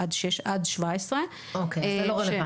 עדיין רואים